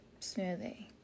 smoothie